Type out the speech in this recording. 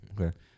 okay